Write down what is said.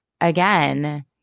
again